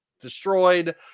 destroyed